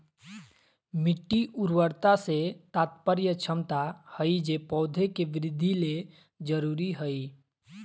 मिट्टी उर्वरता से तात्पर्य क्षमता हइ जे पौधे के वृद्धि ले जरुरी हइ